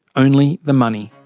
only the money.